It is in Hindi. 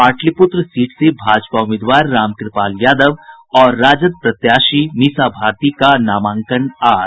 पाटलिपुत्र सीट से भाजपा उम्मीदवार रामकृपाल यादव और राजद प्रत्याशी मीसा भारती का नामांकन आज